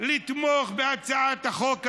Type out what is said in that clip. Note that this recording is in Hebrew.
לתמוך בהצעת החוק הזאת,